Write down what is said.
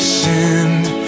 sinned